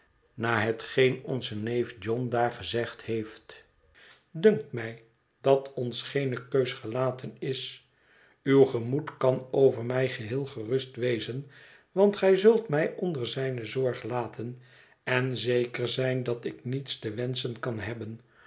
na hetgeen onze neef john daar gezegd heeft dunkt mij dat ons geene keus gelaten is uw gemoed kan over mij geheel gerust wezen want gij zult mij onder zijne zorg laten en zeker zijn dat ik niets te wenschen kan hebben